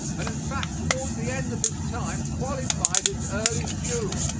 and in fact toward the end of his time qualified his early view.